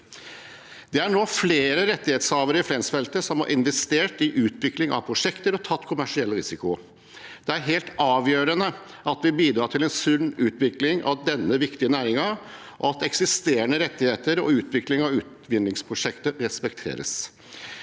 Det er nå flere rettighetshavere i Fensfeltet som har investert i utvikling av prosjekter og tatt kommersiell risiko. Det er helt avgjørende at vi bidrar til en sunn utvikling av denne viktige næringen, og at eksisterende rettigheter og utvikling av utvinningsprosjekter respekteres.